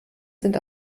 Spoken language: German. sind